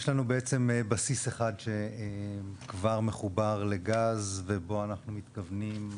יש לנו בעצם בסיס אחד שכבר מחובר לגז ובו אנחנו מתכוונים.